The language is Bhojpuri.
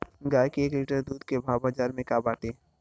गाय के एक लीटर दूध के भाव बाजार में का बाटे?